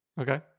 Okay